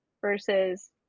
versus